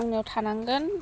आंनाव थानांगोन